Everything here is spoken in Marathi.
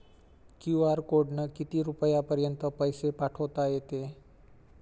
क्यू.आर कोडनं किती रुपयापर्यंत पैसे पाठोता येते?